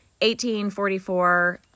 1844